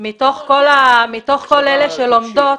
מתוך כל אלה שלומדות,